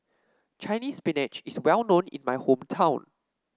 Chinese Spinach is well known in my hometown